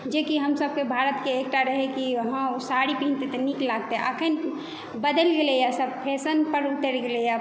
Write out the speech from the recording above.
जेकि हमसभके भारतके एकटा रहै कि हँ ओ साड़ी पहिरतै तऽ नीक लगतै अखन बदलि गेलैया सभ फैशन पर उतर गेलै आब